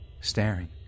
staring